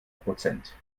prozent